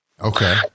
Okay